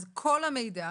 אז כל המידע